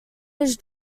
his